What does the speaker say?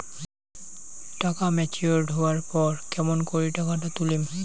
টাকা ম্যাচিওরড হবার পর কেমন করি টাকাটা তুলিম?